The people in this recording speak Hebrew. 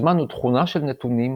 הזמן הוא תכונה של נתונים,